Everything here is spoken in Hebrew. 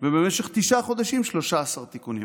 במשך תשעה חודשים, 13 תיקונים.